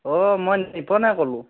অঁ মই নিপনে ক'লোঁ